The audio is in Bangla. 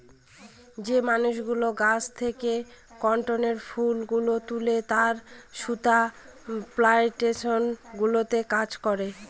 যে মানুষগুলো গাছ থেকে কটনের ফুল গুলো তুলে তারা সুতা প্লানটেশন গুলোতে কাজ করে